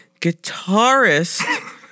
Guitarist